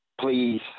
please